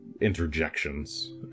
interjections